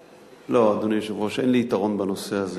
לא, אדוני היושב-ראש, אין לי יתרון בנושא הזה.